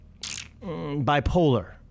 bipolar